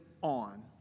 on